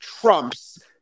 trumps